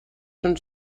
són